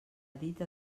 dita